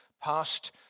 past